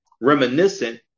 reminiscent